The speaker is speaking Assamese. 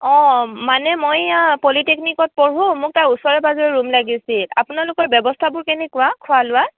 অঁ মানে মই এয়া পলিটিকেনিকেলত পঢ়ো মোক তাৰ ওচৰে পাঁজৰে ৰুম লাগিছিল আপোনালোকৰ ব্যৱস্থাবোৰ কেনেকুৱা খোৱা লোৱা